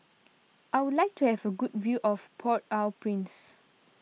I would like to have a good view of Port Au Prince